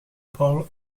pole